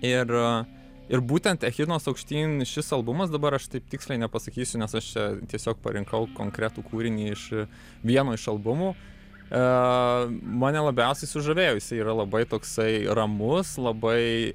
ir ir būtent echidnos aukštyn šis albumas dabar aš taip tiksliai nepasakysiu nes aš čia tiesiog parinkau konkretų kūrinį iš vieno iš albumų aaa mane labiausiai sužavėjo jisai yra labai toksai ramus labai